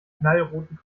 knallroten